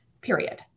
period